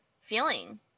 feeling